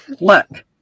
Look